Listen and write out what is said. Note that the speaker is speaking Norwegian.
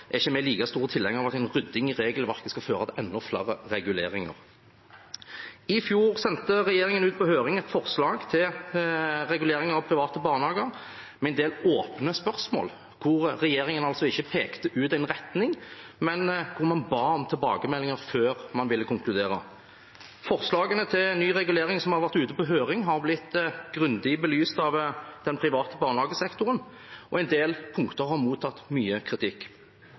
er ikke vi like store tilhengere av at rydding i regelverket skal føre til enda flere reguleringer. I fjor sendte regjeringen ut på høring et forslag til regulering av private barnehager med en del åpne spørsmål, hvor regjeringen altså ikke pekte ut en retning, men hvor man ba om tilbakemeldinger før man ville konkludere. Forslagene til ny regulering som har vært ute på høring, har blitt grundig belyst av den private barnehagesektoren, og en del punkter har mottatt mye kritikk.